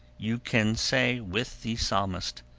you can say with the psalmist,